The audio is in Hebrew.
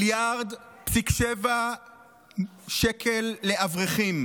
1.7 מיליארד שקל לאברכים.